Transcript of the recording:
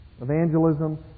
evangelism